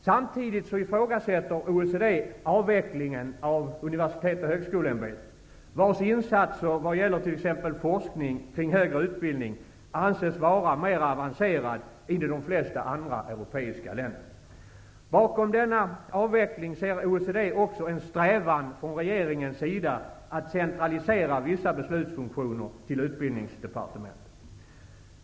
Samtidigt ifrågasätter man avvecklingen av UHÄ, vars insatser vad gäller t.ex. forskning kring högre utbildning anses vara mera avancerade än i de flesta andra europeiska länder. Bakom denna avveckling ser OECD också en strävan från regeringens sida att centralisera vissa beslutsfunktioner till utbildningsdepartemnetet.